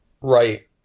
Right